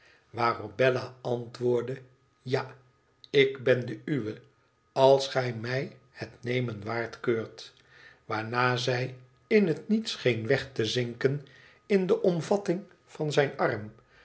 waarop bella antwoordde tja ik ben de uwe als gij mij het nemen waard keurt waarna zij in het niet scheen weg te zinken in de omvatting wederzudsche vriend van zijn arm